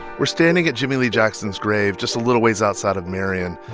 we're standing at jimmie lee jackson's grave just a little ways outside of marion.